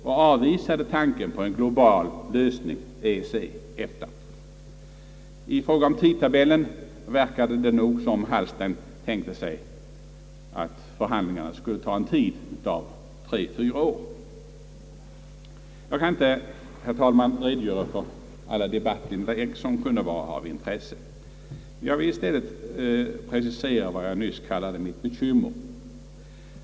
Han avvisade tanken på en global lösning EEC-EFTA. I fråga om tidtabellen verkade det som Hallstein tänkte sig tre— fyra år för förhandlingarna. Herr talman! Jag kan inte redogöra för alla debattinlägg, ehuru det skulle kunna erbjuda intresse. Jag vill i stället precisera vad jag nyss kallade mitt omedelbara bekymmer.